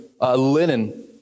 linen